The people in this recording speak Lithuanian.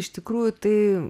iš tikrųjų tai